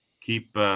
keep